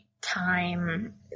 time